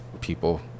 people